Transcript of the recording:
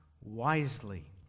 wisely